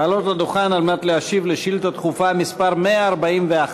לעלות לדוכן כדי להשיב על שאילתה דחופה מס' 141